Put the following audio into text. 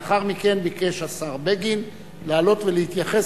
לאחר מכן ביקש השר בגין לעלות ולהתייחס